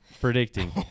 Predicting